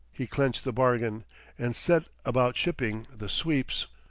he clenched the bargain and set about shipping the sweeps.